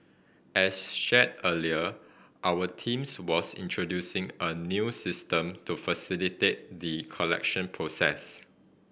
as shared earlier our teams was introducing a new system to facilitate the collection process